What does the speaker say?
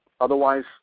Otherwise